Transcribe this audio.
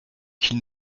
qu’ils